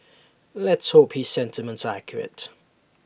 let's hope his sentiments are accurate